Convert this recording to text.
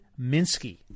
Minsky